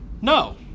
No